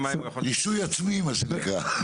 רישוי עצמי מה שנקרא.